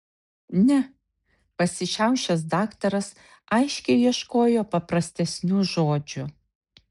ne pasišiaušęs daktaras aiškiai ieškojo paprastesnių žodžių